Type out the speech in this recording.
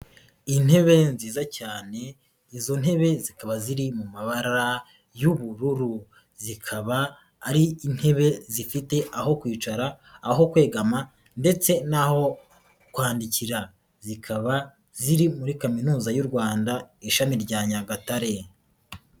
Intebe nziza cyane, izo ntebe zikaba ziri mu mabara y'ubururu, zikaba ari intebe zifite aho kwicara, aho kwegama ndetse naho kwandikira. Zikaba ziri muri kaminuza y'u Rwanda, ishami rya Nyagatare.